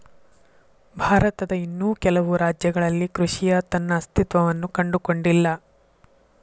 ಭಾರತದ ಇನ್ನೂ ಕೆಲವು ರಾಜ್ಯಗಳಲ್ಲಿ ಕೃಷಿಯ ತನ್ನ ಅಸ್ತಿತ್ವವನ್ನು ಕಂಡುಕೊಂಡಿಲ್ಲ